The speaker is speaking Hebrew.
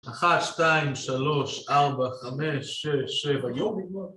אחת, שתיים, שלוש, ארבע, חמש, שש, שבע, יום נגמר